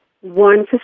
one